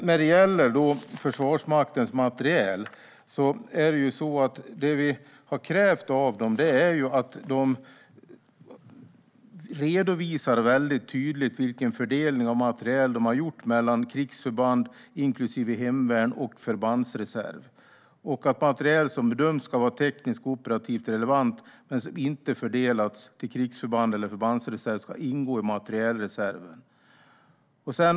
När det gäller Försvarsmaktens materiel är det vi har krävt av Försvarsmakten att man tydligt redovisar vilken fördelning av materiel man har gjort mellan krigsförband inklusive hemvärn och förbandsreserv samt att materiel som bedömts vara tekniskt och operativt relevant men inte fördelats till krigsförband eller förbandsreserv ska ingå i materielreserven.